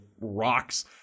rocks